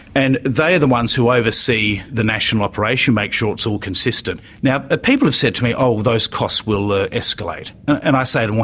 and they are the ones who oversee the national operation, make sure it's all consistent. now people have said to me, oh, those costs will escalate. and i say to